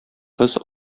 кыз